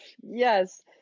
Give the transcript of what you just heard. Yes